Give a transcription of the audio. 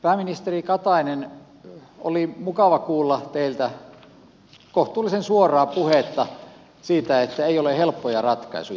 pääministeri katainen oli mukava kuulla teiltä kohtuullisen suoraa puhetta siitä että ei ole helppoja ratkaisuja